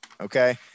okay